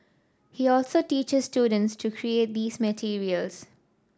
he also teaches students to create these materials